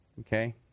Okay